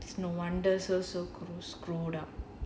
it's no wonder so so screwed up